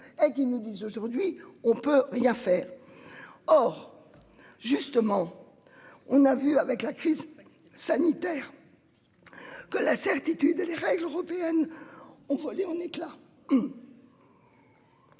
et qui nous disent aujourd'hui, on peut rien faire. Or. Justement. On a vu avec la crise sanitaire. Que la certitude. Les règles européennes. Ont volé en éclats.--